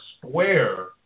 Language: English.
square